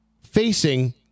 facing